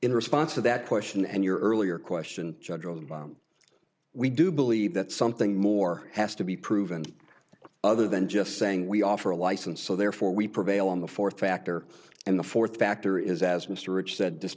in response to that question and your earlier question children we do believe that something more has to be proven other than just saying we offer a license so therefore we prevail on the fourth factor and the fourth factor is as mr rich said d